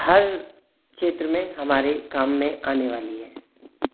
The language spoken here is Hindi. हर क्षेत्र में हमारे काम में आने वाली है